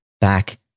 back